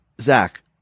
Zach